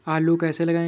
आलू कैसे लगाएँ?